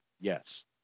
Yes